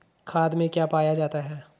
खाद में क्या पाया जाता है?